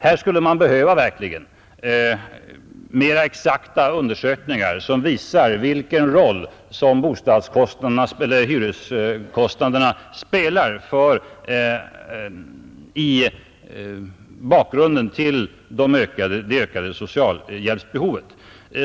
Här skulle man verkligen behöva mer exakta undersökningar, som visar vilken roll bostadseller hyreskostnaderna spelar i bakgrunden till det ökade socialhjälpsbehovet.